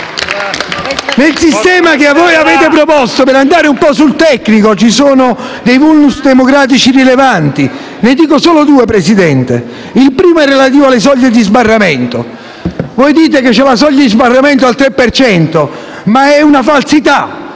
Nel sistema che avete proposto - per andare sul tecnico - ci sono *vulnus* democratici rilevanti. Ne dico solo due, Presidente: il primo è relativo alle soglie di sbarramento. Dite che c'è una soglia di sbarramento al tre per cento ma è una falsità.